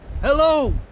Hello